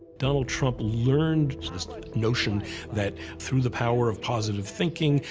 donald trump learned this notion that through the power of positive thinking,